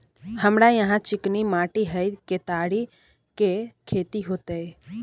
हमरा यहाँ चिकनी माटी हय केतारी के खेती होते?